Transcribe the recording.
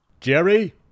Jerry